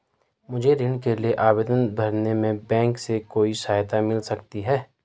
मुझे ऋण के लिए आवेदन भरने में बैंक से कोई सहायता मिल सकती है?